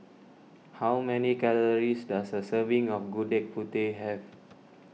how many calories does a serving of Gudeg Putih have